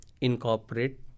incorporate